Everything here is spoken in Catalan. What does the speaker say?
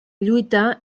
lluita